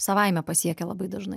savaime pasiekia labai dažnai